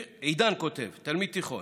עידן כותב, תלמיד תיכון: